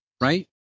right